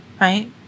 right